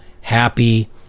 happy